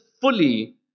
fully